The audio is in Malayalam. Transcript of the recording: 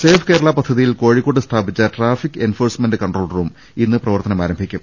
സേഫ് കേരളാ പദ്ധതിയിൽ കോഴിക്കോട്ട് സ്ഥാപിച്ച ട്രാഫിക് എൻഫോഴ്സമെന്റ് കൺട്രോൾ റൂം ഇന്ന് പ്രവർത്തനം ആരംഭിക്കും